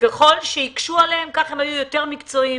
וככל שהקשו עליהם כך הם היו יותר מקצועיים,